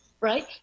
right